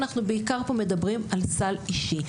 אנחנו בעיקר פה מדברים על סל אישי.